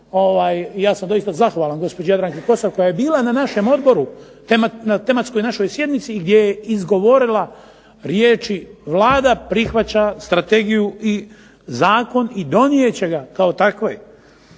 ja sam doista zahvala gospođi Jadranki Kosor koja je bila na našem odboru, na tematskoj našoj sjednici, gdje je izgovorila riječi "Vlada prihvaća strategiju i zakon i donijet će ga kao takve".